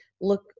look